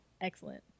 excellent